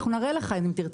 אנחנו נראה לך אם תרצה.